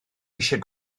eisiau